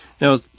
Now